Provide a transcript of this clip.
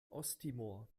osttimor